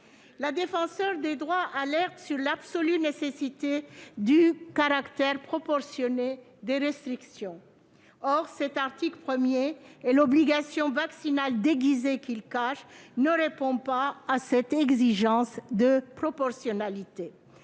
La Défenseure des droits alerte sur l'absolue nécessité du caractère proportionné des restrictions. Or cet article 1 et l'obligation vaccinale déguisée qu'il cache ne répondent pas à cette exigence de proportionnalité.